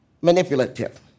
manipulative